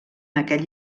aquell